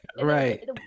right